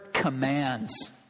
commands